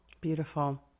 Beautiful